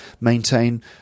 maintain